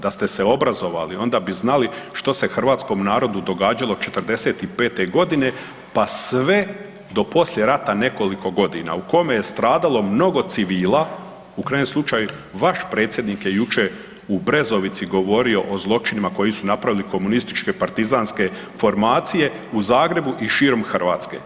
Da ste se obrazovali onda bi znali što se hrvatskom narodu događalo '45. godine pa sve do poslije rata nekoliko godina u kome je stradalo mnogo civila, u krajnjem slučaju vaš predsjednik je jučer u Brezovici govorio o zločinima koji su napravili komunističke, partizanske formacije u Zagrebu i širom Hrvatske.